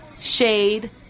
Shade